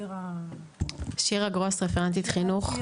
שירה גרוס, רפרנטית חינוך.